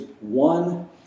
one